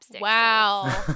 Wow